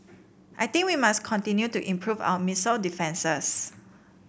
I think we must continue to improve our missile defences